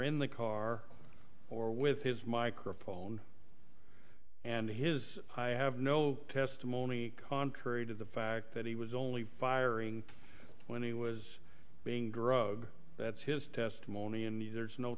in the car or with his microphone and his i have no testimony contrary to the fact that he was only firing when he was being drugged that's his testimony and ther